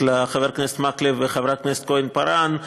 לחבר הכנסת מקלב וחברת הכנסת כהן-פארן.